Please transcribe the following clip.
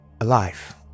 alive